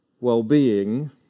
well-being